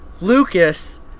Lucas